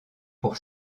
pour